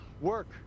work